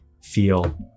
feel